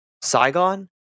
Saigon